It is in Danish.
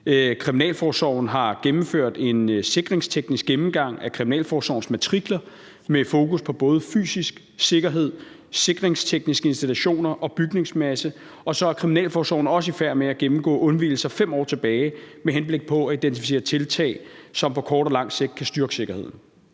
Kriminalforsorgen har gennemført en sikringsteknisk gennemgang af kriminalforsorgens matrikler med fokus på både fysisk sikkerhed, sikringstekniske installationer og bygningsmasse, og så er kriminalforsorgen også i færd med at gennemgå undvigelser 5 år tilbage med henblik på at identificere tiltag, som på kort og lang sigt kan styrke sikkerheden.